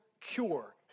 cure